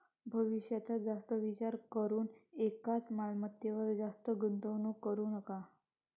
भविष्याचा जास्त विचार करून एकाच मालमत्तेवर जास्त गुंतवणूक करू नका